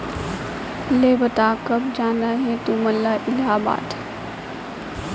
ले बता, कब जाना हे तुमन ला इलाहाबाद?